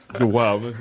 Wow